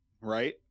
right